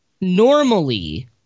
normally